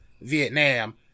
Vietnam